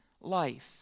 life